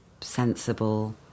sensible